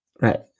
Right